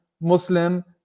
Muslim